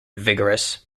vigorous